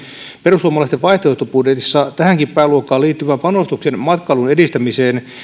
perussuomalaisten vaihtoehtobudjetissa tähänkin pääluokkaan liittyvän panostuksen matkailun edistämiseen